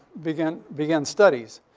began began studies.